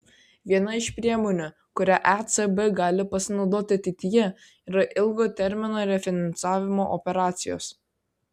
viena iš priemonių kuria ecb gali pasinaudoti ateityje yra ilgo termino refinansavimo operacijos